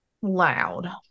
loud